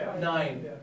Nine